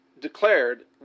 declared